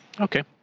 Okay